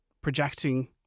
projecting